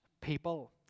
people